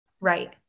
right